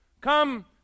come